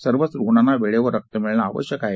सर्वच रुग्णांना वेळेवर रक्त मिळणे आवश्यक आहे